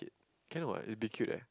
can what it'll be cute eh